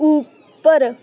ਉੱਪਰ